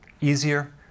easier